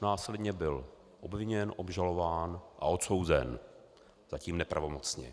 Následně byl obviněn, obžalován a odsouzen, zatím nepravomocně.